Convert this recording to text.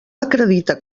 acredita